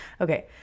Okay